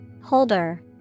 Holder